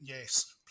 yes